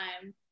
time